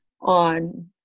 on